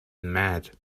mad